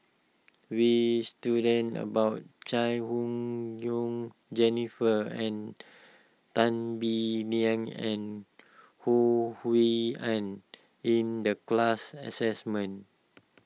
we student about Chai Hon Yoong Jennifer and Tan Bee Leng and Ho Hui An in the class assessment